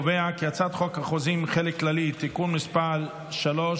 להעביר את הצעת חוק החוזים (חלק כללי) (תיקון מס' 3),